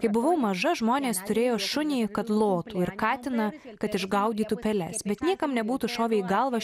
kai buvau maža žmonės turėjo šunį kad lotų ir katiną kad išgaudytų peles bet niekam nebūtų šovę į galvą